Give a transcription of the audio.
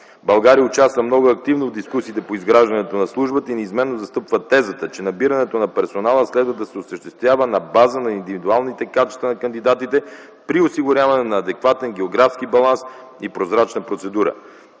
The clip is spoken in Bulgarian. България участва много активно в дискусиите по изграждането на службата и неизменно застъпва тезата, че набирането на персонала следва да се осъществява на база на индивидуалните качества на кандидатите при осигуряване на адекватен географски баланс и прозрачна процедура.